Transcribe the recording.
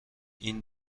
این